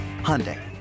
Hyundai